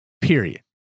Period